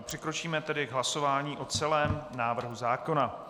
Přikročíme tedy k hlasování o celém návrhu zákona.